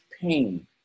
pain